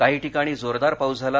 काही ठिकाणी जोरदार पाऊस झाला